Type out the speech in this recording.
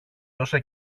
τόσα